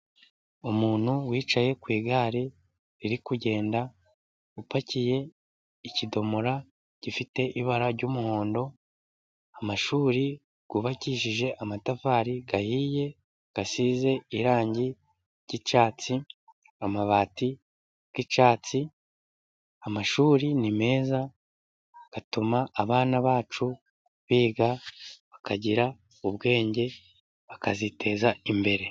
Umuntu wicaye ku igare riri kugenda, upakiye ikidomora gifite ibara ry'umuhondo, amashuri yubakishije amatafari ahiye asize irangi ry'icyatsi amabati nk'icyatsi, amashuri ni meza, atuma abana bacu biga bakagira ubweng, bakaziteza imbere.